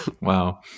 Wow